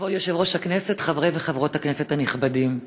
כבוד יושב-ראש הכנסת, חברי וחברות הכנסת הנכבדים,